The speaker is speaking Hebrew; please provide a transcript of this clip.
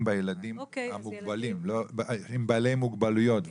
בוודאי גם של תלמידים עם מוגבלויות,